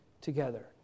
together